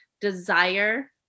desire